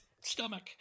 stomach